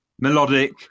melodic